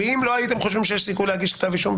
אם לא הייתם חושבים שיש סיכוי להגיש כתב אישום,